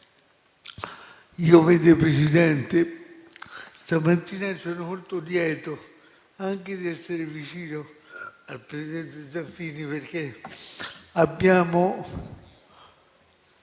Signor Presidente, questa mattina sono molto lieto anche di essere vicino al presidente Zaffini, perché insieme